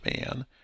man